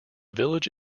village